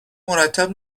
مرتب